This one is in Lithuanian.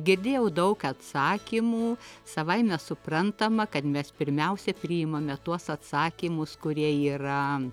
girdėjau daug atsakymų savaime suprantama kad mes pirmiausia priimame tuos atsakymus kurie yra